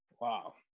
Wow